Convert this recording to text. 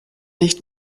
nicht